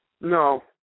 No